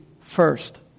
first